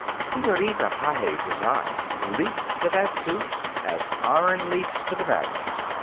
senorita pages' eyes leaped to that suit as iron leaps to the magnet.